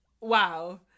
Wow